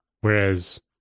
Whereas